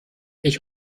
ich